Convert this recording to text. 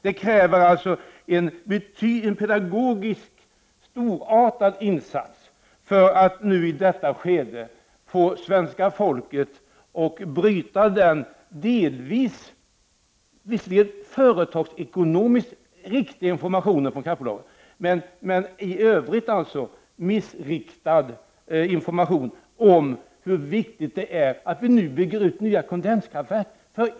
Det krävs en pedagogiskt storartad insats för att i detta skede få svenska folket att genomskåda kraftbolagens visserligen företagsekonomiskt delvis riktiga men i övrigt missvisande information om betydelsen av att vi bygger nya kondenskraftverk.